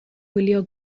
wylio